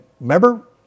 remember